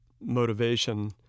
motivation